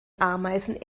ameisen